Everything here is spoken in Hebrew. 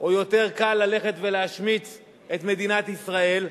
או יותר קל ללכת ולהשמיץ את מדינת ישראל,